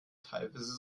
teilweise